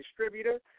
distributor